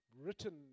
written